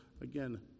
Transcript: Again